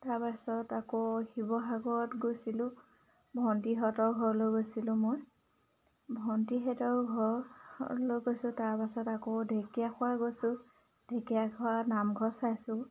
তাৰপাছত আকৌ শিৱসাগৰত গৈছিলোঁ ভণ্টিহঁতৰ ঘৰলৈ গৈছিলোঁ মই ভণ্টিহঁতৰ ঘৰলৈ গৈছোঁ তাৰপাছত আকৌ ঢেকীয়াখোৱা গৈছোঁ ঢেকীয়াখোৱাৰ নামঘৰ চাইছোঁ